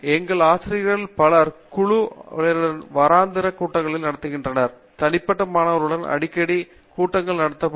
எங்கள் ஆசிரியர்களில் பலர் முழு குழுவினரின் வாராந்தர கூட்டங்களை நடத்திக் கொண்டிருப்பதோடு தனிப்பட்ட மாணவர்களுடன் அடிக்கடி கூட்டங்களை நடத்தக்கூடும்